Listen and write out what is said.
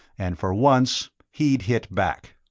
and for once he'd hit back!